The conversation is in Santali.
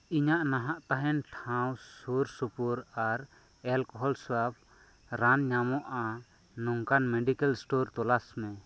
ᱤᱧᱟᱹᱜ ᱱᱟᱦᱟᱜ ᱛᱟᱦᱮᱱ ᱴᱷᱟᱶ ᱥᱳᱨ ᱥᱳᱯᱳᱨ ᱟᱨ ᱮᱞᱠᱳᱦᱳᱞ ᱥᱟᱵ ᱨᱟᱱ ᱧᱟᱢᱚᱜᱼᱟ ᱱᱚᱝᱠᱟᱱ ᱢᱮᱰᱤᱠᱮᱞ ᱥᱴᱳᱨ ᱛᱚᱞᱟᱥ ᱢᱮ